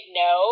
no